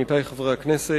עמיתי חברי הכנסת,